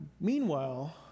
Meanwhile